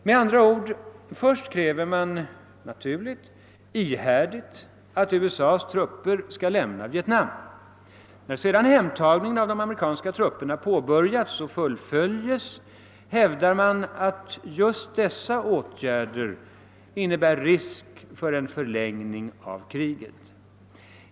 Med andra ord: först kräver man ihärdigt att USA:s trupper skall lämna Vietnam. När sedan hemtagningen av de amerikanska trupperna påbörjats och fullföljes hävdar man att just dessa åtgärder medför risker för en förlängning av kriget.